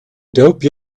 dope